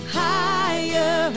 higher